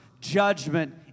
judgment